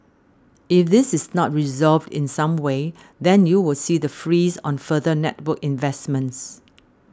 if this is not resolved in some way then you will see the freeze on further network investments